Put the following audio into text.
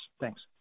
Thanks